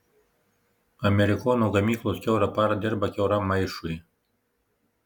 amerikono gamyklos kiaurą parą dirba kiauram maišui